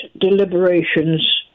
deliberations